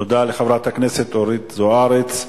תודה לחברת הכנסת אורית זוארץ.